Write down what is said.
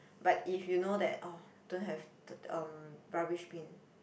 but if you know that orh don't have to um rubbish bin